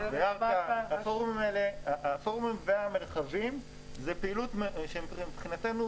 הפורומים והמרחבים הם פעילות מאוד משמעותית מבחינתנו,